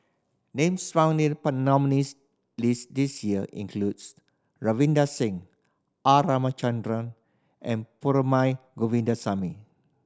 names found in the nominees' list this year includes Ravinder Singh R Ramachandran and Perumal Govindaswamy